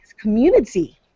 community